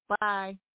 Bye